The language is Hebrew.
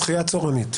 שחייה צורנית.